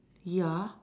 ya